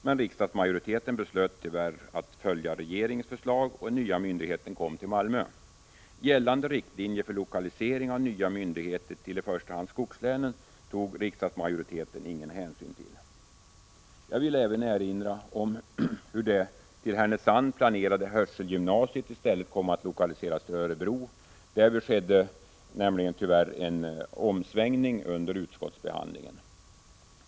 Men riksdagsmajoriteten beslöt tyvärr att följa regeringens förslag, och den nya myndigheten kom till Malmö. Gällande riktlinjer för lokalisering av nya myndigheter till i första hand skogslänen tog majoriteten ingen hänsyn till. Jag vill även erinra om hur det till Härnösand planerade hörselgymnasiet i stället kom att lokaliseras till Örebro. Här skedde tyvärr en omsvängning under utskottsbehandlingen.